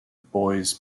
boys